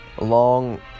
Long